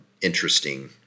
interesting